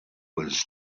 was